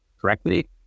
correctly